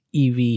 EV